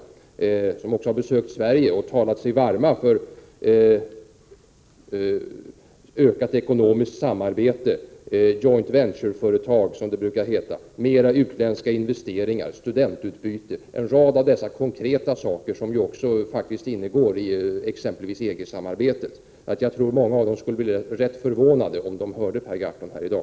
De har också besökt Sverige och talat sig varma för ökat ekonomiskt samarbete, för joint venture-företag som det brukar kallas, flera utländska investeringar, studentutbyte — dvs. en rad konkreta saker som faktiskt också ingår i exempelvis EG-samarbetet. Jag tror att många skulle bli rätt förvånade om de hörde Per Gahrton här i dag.